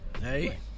Hey